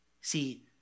See